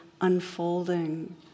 unfolding